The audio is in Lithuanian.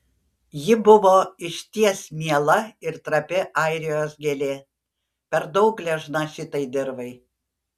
ji buvo išties miela ir trapi airijos gėlė per daug gležna šitai dirvai